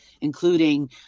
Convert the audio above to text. including